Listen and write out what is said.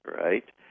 right